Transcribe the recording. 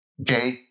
Okay